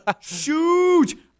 Shoot